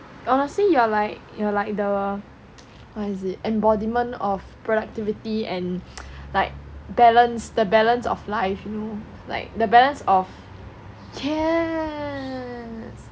honestly you're like you're like the what is it the embodiment of productivity and like balance the balance of life you know like the balance of